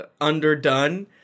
underdone